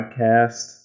podcast